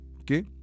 Okay